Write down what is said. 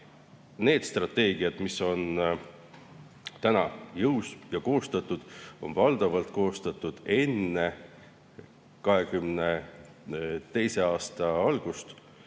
Need strateegiad, mis on täna jõus ja koostatud, on valdavalt koostatud enne 2022. aasta algust